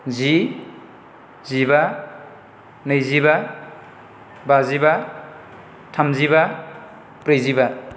जि जिबा नैजिबा बाजिबा थामजिबा ब्रैजिबा